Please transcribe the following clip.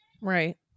Right